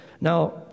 now